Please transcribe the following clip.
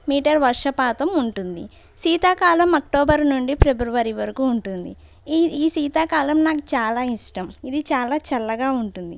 metre వర్షపాతం ఉంటుంది శీతాకాలం అక్టోబర్ నుండి ఫిబ్రవరి వరకు ఉంటుంది ఈ ఈ శీతాకాలం నాకు చాలా ఇష్టం ఇది చాలా చల్లగా ఉంటుంది